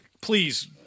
Please